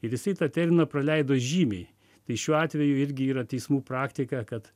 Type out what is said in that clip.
ir jisai tą terminą praleido žymiai tai šiuo atveju irgi yra teismų praktika kad